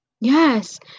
Yes